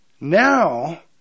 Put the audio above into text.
Now